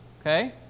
Okay